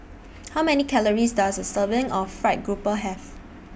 How Many Calories Does A Serving of Fried Grouper Have